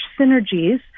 synergies